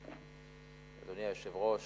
אדוני היושב-ראש,